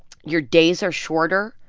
your days are shorter,